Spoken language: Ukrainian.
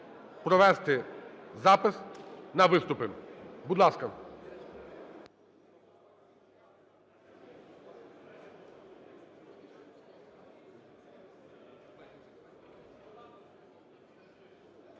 провести запис на виступи. Будь ласка.